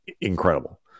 incredible